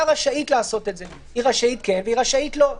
רשאית לעשות את זה היא רשאית כן והיא רשאית לא.